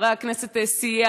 מחברי הכנסת, סייע.